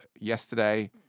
yesterday